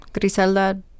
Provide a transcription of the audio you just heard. Griselda